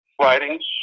writings